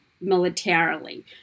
militarily